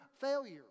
failure